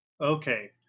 okay